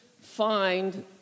find